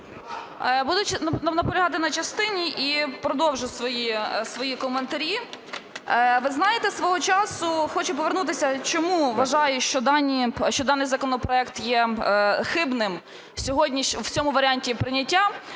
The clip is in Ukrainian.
Буду наполягати на частині і продовжу свої коментарі. Ви знаєте, свого часу… Хочу повернутися, чому вважаю, що даний законопроект є хибним сьогодні в цьому варіанті прийняття.